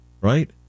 right